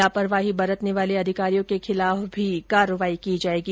लापरवाही बरतने वाले अधिकारियों के खिलाफ भी कार्रवाई की जायेगी